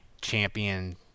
champion